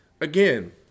Again